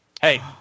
hey